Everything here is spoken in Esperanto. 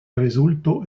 rezulto